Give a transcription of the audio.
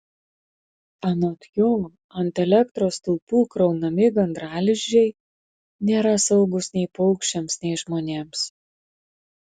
anot jo ant elektros stulpų kraunami gandralizdžiai nėra saugūs nei paukščiams nei žmonėms